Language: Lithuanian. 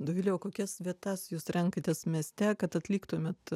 dovile o kokias vietas jūs renkatės mieste kad atliktumėt